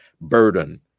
burden